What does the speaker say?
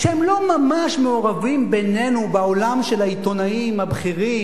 שהם לא ממש מעורבים בינינו בעולם של העיתונאים הבכירים,